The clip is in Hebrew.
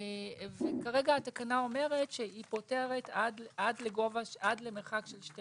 וכרגע התקנה אומרת שהיא פוטרת עד למרחק של שתי